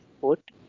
put